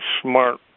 smart